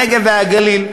הנגב והגליל,